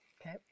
Okay